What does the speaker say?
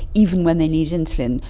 even when they need insulin,